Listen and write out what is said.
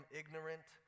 ignorant